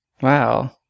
Wow